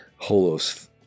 holos